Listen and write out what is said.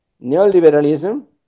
neoliberalism